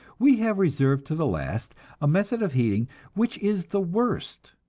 we have reserved to the last a method of heating which is the worst,